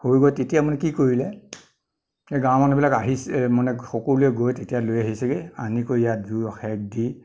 হৈ গৈ তেতিয়া মানে কি কৰিলে সেই গাৱঁৰ মানুহবিলাক আহিছে মানে সকলোৱে গৈ তেতিয়া লৈ আহিছেগৈ আনি কৰি ইয়াত জুইৰ সেক দি